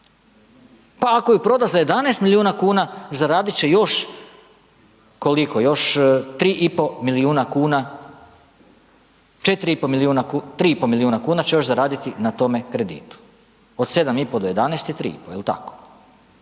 pa ako ju proda za 11 milijuna kuna, zaradit će još koliko, još 3,5 milijuna kuna će još zaraditi na tome kreditu, od 7,5 do 11 je 3,5, jel tako?